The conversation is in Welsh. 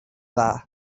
dda